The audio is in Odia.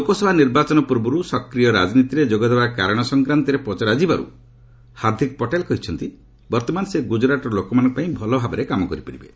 ଲୋକସଭା ନିର୍ବାଚନ ପୂର୍ବରୁ ସକ୍ରିୟ ରାଜନୀତିରେ ଯୋଗଦେବାର କାରଣ ସଂକ୍ରାନ୍ତରେ ପଚରାଯିବାରୁ ହାର୍ଦ୍ଦିକ ପଟେଲ କହିଛନ୍ତି ବର୍ତ୍ତମାନ ସେ ଗୁଜରାଟର ଲୋକମାନଙ୍କ ପାଇଁ ଭଲ ଭାବରେ କାମ କରିପାରିବେ